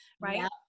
right